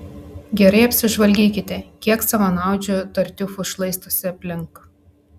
gerai apsižvalgykite kiek savanaudžių tartiufų šlaistosi aplink